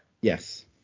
yes